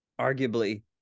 arguably